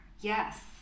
Yes